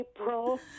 April